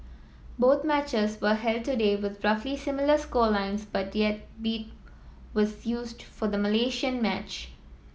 both matches were held today with roughly similar score lines but yet 'beat' was used for the Malaysian match